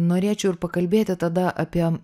norėčiau ir pakalbėti tada apie